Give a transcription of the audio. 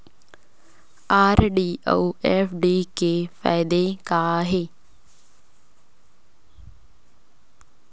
RD अऊ FD के फायेदा का हे?